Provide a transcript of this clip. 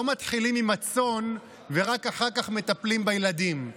לא מתחילים עם הצאן ורק אחר כך מטפלים בילדים.